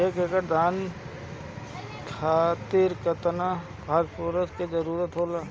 एक एकड़ धान खातीर केतना फास्फोरस के जरूरी होला?